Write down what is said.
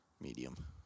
Medium